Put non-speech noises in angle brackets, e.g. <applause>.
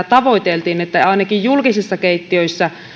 <unintelligible> tavoiteltiin että ainakin julkisissa keittiöissä